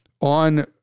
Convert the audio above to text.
on